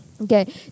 okay